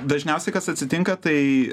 dažniausiai kas atsitinka tai